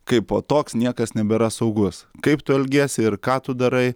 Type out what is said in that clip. kaipo toks niekas nebėra saugus kaip tu elgiesi ir ką tu darai